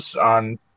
on